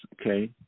Okay